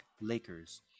Lakers